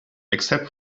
except